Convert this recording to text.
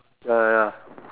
ya ya ya